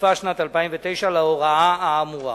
הוספה שנת 2009 להוראה האמורה.